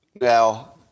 Now